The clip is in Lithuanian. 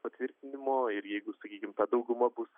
patvirtinimo ir jeigu sakykim dauguma bus